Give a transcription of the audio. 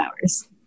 hours